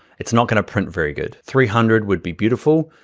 it's not gonna print very good. three hundred would be beautiful.